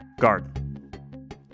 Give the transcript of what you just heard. Guard